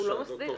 איזה מסדיר?